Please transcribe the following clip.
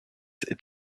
est